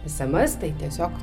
sms tai tiesiog